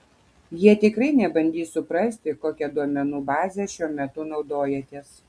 jie tikrai nebandys suprasti kokia duomenų baze šiuo metu naudojatės